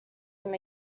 him